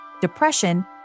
depression